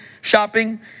shopping